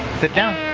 sit down.